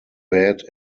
bed